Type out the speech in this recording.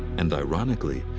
and ironically,